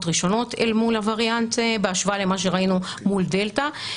ראשונות אל מול הווריאנט בהשוואה למה שראינו מול דלתא,